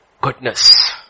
Goodness